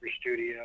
Studio